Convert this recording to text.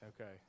Okay